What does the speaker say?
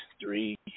Three